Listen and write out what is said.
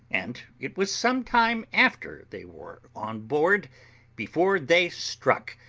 and it was some time after they were on board before they struck,